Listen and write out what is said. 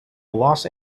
los